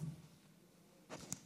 טאהא.